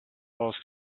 lost